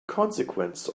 consequence